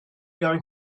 going